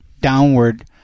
downward